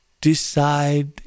decide